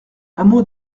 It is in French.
hameau